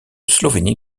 slovénie